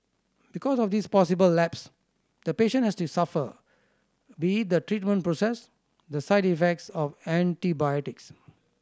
because of this possible lapse the patient has to suffer be it the treatment process the side effects of antibiotics